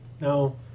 Now